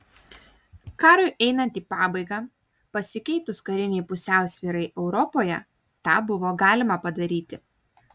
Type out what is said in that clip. karui einant į pabaigą pasikeitus karinei pusiausvyrai europoje tą buvo galima padaryti